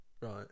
Right